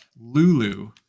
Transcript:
Lulu